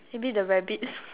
maybe the rabbit